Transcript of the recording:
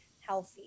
healthy